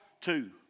two